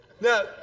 Now